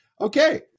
okay